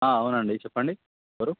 అవునండి చెప్పండి ఎవరు